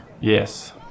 Yes